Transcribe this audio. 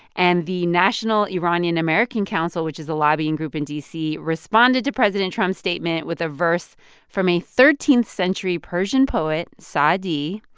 and the national iranian american council, which is a lobbying group in d c, responded to president trump's statement with a verse from a thirteenth century persian poet, saadi,